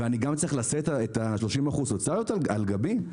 ואני גם צריך לשאת עלי את ה-30% סוציאליות על גבי?